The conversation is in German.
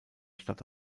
stadt